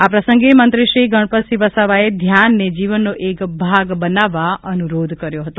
આ પ્રસંગે મંત્રી ગણપતસિંહ વસાવાએ ધ્યાનને જીવનનો એક ભાગ બનાવવા અનુરોધ કર્યો હતો